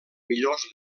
millors